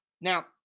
Now